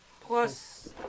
plus